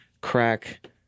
crack